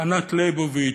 ענת ליבוביץ,